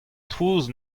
trouz